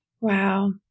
Wow